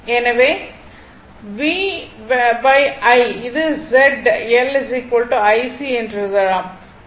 எனவே அது Z L IC என்று எழுதலாம்